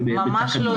ממש לא.